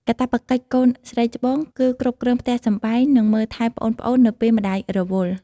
កាតព្វកិច្ចកូនស្រីច្បងគឺគ្រប់គ្រងផ្ទះសម្បែង និងមើលថែប្អូនៗ នៅពេលម្តាយរវល់។